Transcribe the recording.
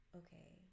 okay